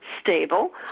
stable